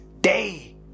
day